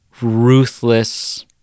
ruthless